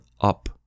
up